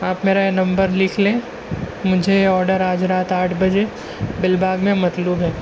آپ میرا یہ نمبر لکھ لیں مجھے آڈر آج رات آٹھ بجے بل باغ میں مطلوب ہے